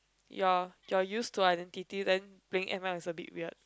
you're you're used to identity then bringing M I was a bit weird